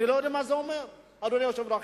אני לא יודע מה זה אומר, אדוני היושב-ראש.